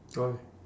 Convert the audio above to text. why